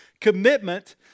commitment